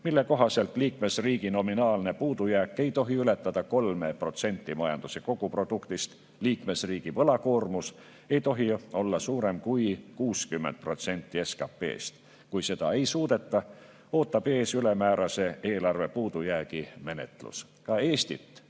mille kohaselt liikmesriigi nominaalne puudujääk ei tohi ületada 3% majanduse kogutoodangust, liikmesriigi võlakoormus ei tohi olla suurem kui 60% SKT-st. Kui seda ei suudeta, ootab ees ülemäärase eelarvepuudujäägi menetlus. Ka Eestit